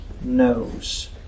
knows